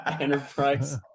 enterprise